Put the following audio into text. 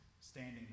standing